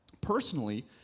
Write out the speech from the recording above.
Personally